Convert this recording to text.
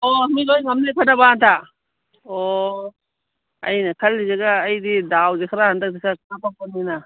ꯑꯣ ꯃꯤ ꯂꯣꯏꯅ ꯉꯝꯒꯅꯤ ꯈꯟꯅꯕ ꯑꯣ ꯑꯩꯅ ꯈꯜꯂꯤꯁꯤꯒ ꯑꯩꯗꯤ ꯗꯥꯎꯁꯤ ꯈꯔ ꯍꯟꯇꯛꯇꯤ ꯀꯥꯞꯄꯛꯄꯅꯤꯅ